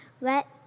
let